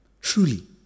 Truly